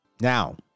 Now